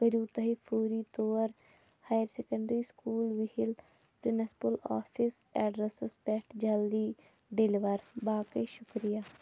کٔرِو تُہۍ فوری طور ہایَر سیٚکنٛٹری سکوٗل وِہِل پرٛنسپُل آفیس ایٚڈرَسَس پٮ۪ٹھ جلدی ڈیلوَر باقٕے شُکریہ